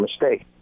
mistake